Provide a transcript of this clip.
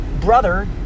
brother